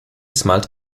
smiled